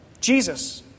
Jesus